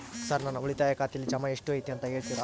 Sir ನನ್ನ ಉಳಿತಾಯ ಖಾತೆಯಲ್ಲಿ ಜಮಾ ಎಷ್ಟು ಐತಿ ಅಂತ ಹೇಳ್ತೇರಾ?